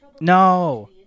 no